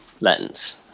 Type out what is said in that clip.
lens